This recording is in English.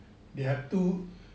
they have two